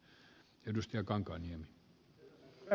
herra puhemies